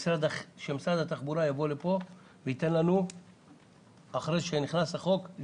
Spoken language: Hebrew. שמשרד התחבורה יבוא לפה וייתן לנו פירוט על